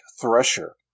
Thresher